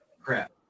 crap